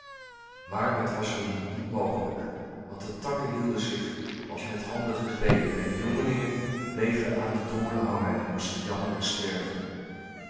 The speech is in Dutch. maar het was hun niet mogelijk want de takken hielden zich als met handen gegrepen en de jongelingen bleven aan de doornen hangen en moesten jammerlijk sterven